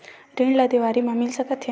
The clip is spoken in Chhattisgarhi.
ऋण ला देवारी मा मिल सकत हे